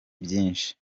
byinshi